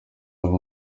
aba